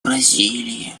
бразилии